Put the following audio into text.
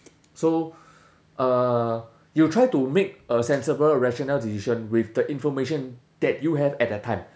so uh you try to make a sensible rational decision with the information that you have at that time